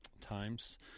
times